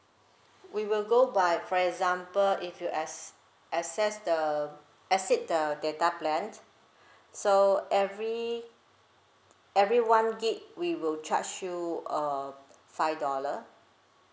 we will go by for example if you ac~ access the exceed the data plan so every every one git we will charge you uh five dollar